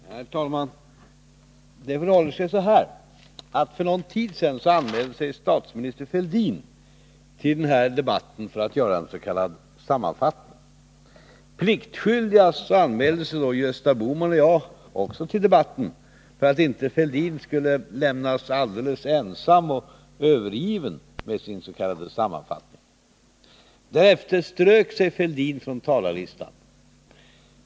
Herr talman! Det förhåller sig så här: För en tid sedan anmälde sig statsminister Fälldin till debatten för att göra en s.k. sammanfattning. Pliktskyldigast anmälde också Gösta Bohman och jag oss för att inte Thorbjörn Fälldin skulle lämnas alldeles ensam och övergiven med sin sammanfattning. Därefter strök sig Thorbjörn Fälldin från talarlistan.